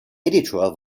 editor